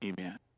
Amen